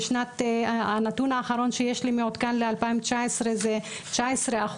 הנתון האחרון שיש לי מעודכן ל-2019 זה 19%,